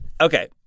Okay